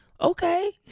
Okay